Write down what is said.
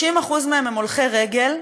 30% הם הולכי רגל,